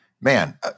Man